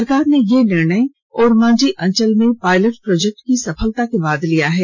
सरकार ने यह निर्णय ओरमांझी अंचल में पायलट प्रोजेक्ट की सफलता के बाद लिया है